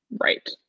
Right